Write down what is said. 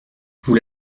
vous